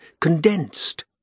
condensed